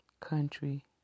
Country